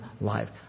life